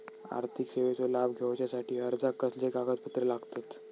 आर्थिक सेवेचो लाभ घेवच्यासाठी अर्जाक कसले कागदपत्र लागतत?